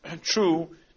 true